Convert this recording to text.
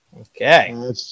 Okay